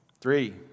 Three